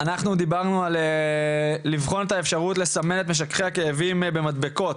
אנחנו דיברנו על לבחון את האפשרות לסמן את משככי הכאבים במדבקות,